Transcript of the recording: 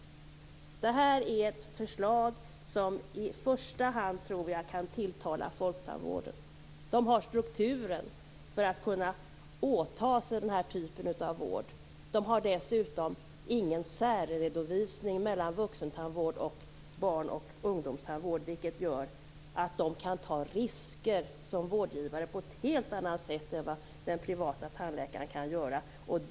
Detta är ett förslag som jag tror i första hand kan tilltala folktandvården. Folktandvården har strukturen för att kunna åta sig denna typ av vård. Man har dessutom inte någon särredovisning mellan vuxentandvård och barn och ungdomstandvård, vilket gör att man där kan ta risker som vårdgivare på ett helt annat sätt än vad den privata tandläkaren kan göra.